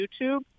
YouTube